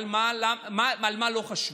אבל על מה לא חשבו?